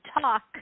talk